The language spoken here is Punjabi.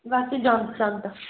ਵੈਸੇ ਹੀ ਜਾਣ ਪਛਾਣ ਦਾ